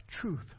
Truth